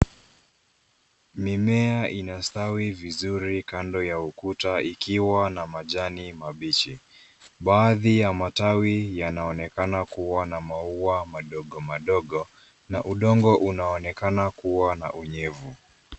Mimea inastawi vizuri kando ya ukuta ikiwa na majani mabichi. Baadhi ya matawi yanaonekana kuwa na maua madogo madogo ,na udongo unaonekana kuwa na unyevu.